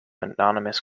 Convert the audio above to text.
anonymous